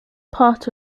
part